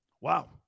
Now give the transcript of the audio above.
Wow